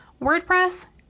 WordPress